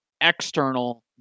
external